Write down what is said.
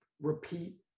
repeat